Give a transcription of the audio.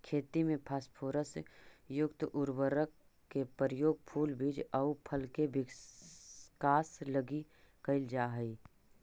खेती में फास्फोरस युक्त उर्वरक के प्रयोग फूल, बीज आउ फल के विकास लगी कैल जा हइ